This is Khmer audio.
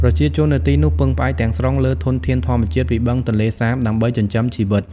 ប្រជាជននៅទីនោះពឹងផ្អែកទាំងស្រុងលើធនធានធម្មជាតិពីបឹងទន្លេសាបដើម្បីចិញ្ចឹមជីវិត។